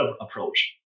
approach